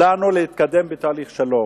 לנו להתקדם בתהליך שלום.